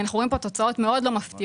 אנחנו רואים כאן תוצאות מאוד לא מפתיעות.